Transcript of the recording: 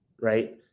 right